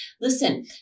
Listen